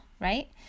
right